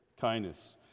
Kindness